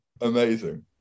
amazing